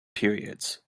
periods